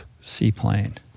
seaplane